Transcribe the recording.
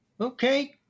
Okay